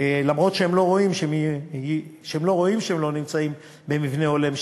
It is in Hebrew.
אף שהם לא רואים שהם נמצאים במבנה לא הולם,